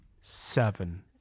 seven